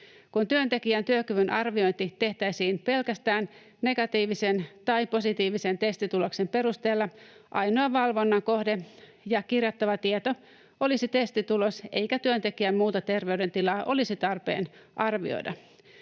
Kun työntekijän työkyvyn arviointi tehtäisiin pelkästään negatiivisen tai positiivisen testituloksen perusteella, ainoa valvonnan kohde ja kirjattava tieto olisi testitulos, eikä työntekijän muuta terveydentilaa olisi tarpeen arvioida.